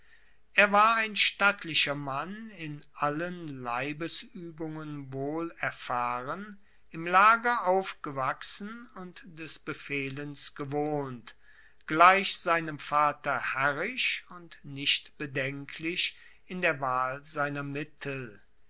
er war ein stattlicher mann in allen leibesuebungen wohl erfahren im lager aufgewachsen und des befehlens gewohnt gleich seinem vater herrisch und nicht bedenklich in der wahl seiner mittel